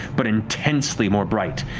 but intensely more bright.